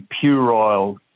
puerile